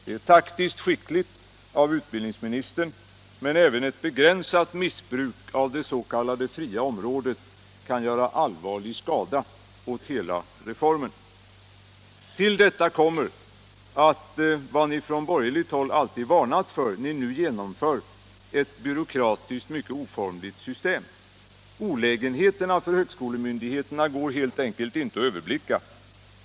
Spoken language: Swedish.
Det är taktiskt skickligt av utbildningsministern, men även ett begränsat missbruk av det s.k. fria området kan allvarligt skada hela reformen. Till detta kommer att, tvärtemot vad ni från borgerligt håll alltid varnat för, ni nu genomför ett byråkratiskt, mycket oformligt system. Olägenheterna för högskolemyndigheterna går helt enkelt inte att överblicka.